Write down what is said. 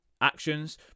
Actions